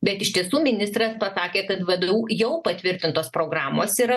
bet iš tiesų ministras pasakė kad vdu jau patvirtintos programos yra